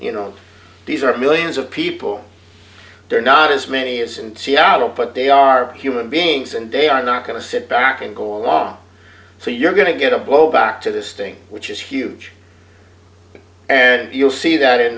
you know these are millions of people they're not as many as and seattle but they are human beings and they are not going to sit back and go along so you're going to get a blowback to this thing which is huge and you'll see that in